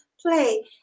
play